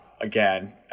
again